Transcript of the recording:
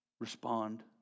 Respond